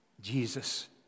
Jesus